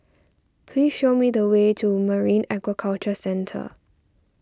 please show me the way to Marine Aquaculture Centre